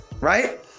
right